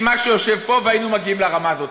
עם מה שיושב פה והיינו מגיעים לרמה הזאת,